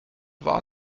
war